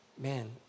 Man